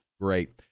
Great